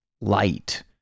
light